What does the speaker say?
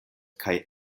kaj